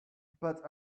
but